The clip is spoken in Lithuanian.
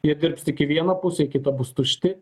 jie dirbs tik į vieną pusę į kita bus tušti